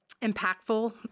impactful